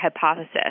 hypothesis